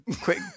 quick